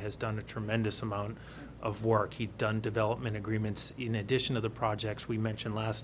has done a tremendous amount of work he's done development agreements in addition of the projects we mentioned last